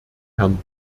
herrn